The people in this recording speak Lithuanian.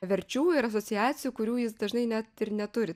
verčių ir asociacijų kurių jis dažnai net ir neturi